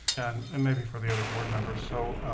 and and maybe for the other board members so